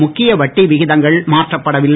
முக்கிய வட்டிவிகிதங்கள் மாற்றப்படவில்லை